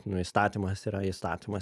nu įstatymas yra įstatymas